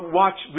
watch